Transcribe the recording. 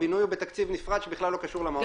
הבינוי הוא בתקציב נפרד שבכלל לא קשור למעון.